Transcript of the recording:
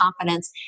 confidence